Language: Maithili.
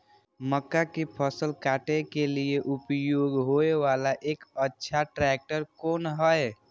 मक्का के फसल काटय के लिए उपयोग होय वाला एक अच्छा ट्रैक्टर कोन हय?